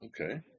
Okay